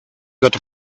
got